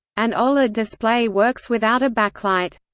an oled display works without a backlight.